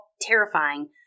terrifying